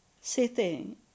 sitting